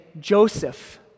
Joseph